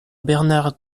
bernard